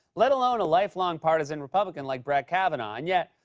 let alone a life-long partisan republican like brett kavanaugh. and yet,